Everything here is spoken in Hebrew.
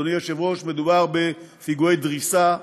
אדוני היושב-ראש, מדובר בפיגועי דריסה,